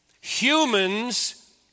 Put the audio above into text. Humans